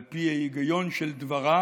על פי ההיגיון של דבריו,